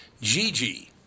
Gigi